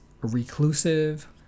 reclusive